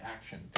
action